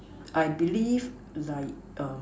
I believe like